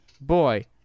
boy